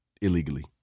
illegally